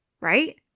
right